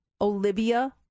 Olivia